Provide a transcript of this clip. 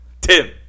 Tim